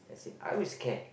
you see I always care